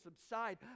subside